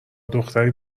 دختری